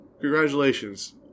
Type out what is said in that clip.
congratulations